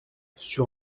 sur